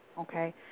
okay